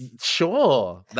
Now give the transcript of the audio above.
Sure